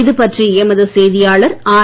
இதுபற்றி எமது செய்தியாளர் ஆர்